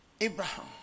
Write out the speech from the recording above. Abraham